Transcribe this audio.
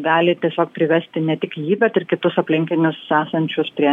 gali tiesiog privesti ne tik jį bet ir kitus aplinkinius esančius prie